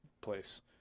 place